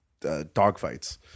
dogfights